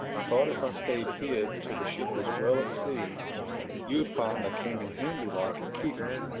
thought if i stayed hid till the ship was well at sea you would find i came in handy like and keep me.